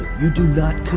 you do not